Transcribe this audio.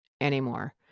anymore